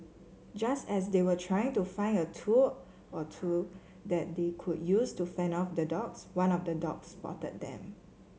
just as they were trying to find a tool or two that they could use to fend off the dogs one of the dogs spotted them